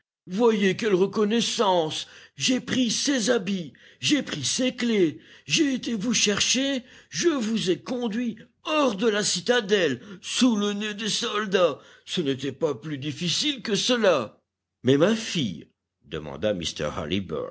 voyez quelle reconnaissance j'ai pris ses habits j'ai pris ses clefs j'ai été vous chercher je vous ai conduit hors de la citadelle sous le nez des soldats ce n'était pas plus difficile que cela mais ma fille demanda